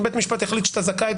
אם בית משפט יחליט שאתה זכאי,